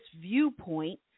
viewpoint